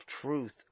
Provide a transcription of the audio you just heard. truth